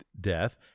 death